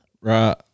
Right